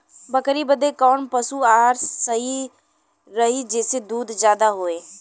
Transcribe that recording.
बकरी बदे कवन पशु आहार सही रही जेसे दूध ज्यादा होवे?